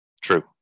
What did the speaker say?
True